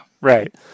Right